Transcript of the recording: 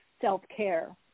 self-care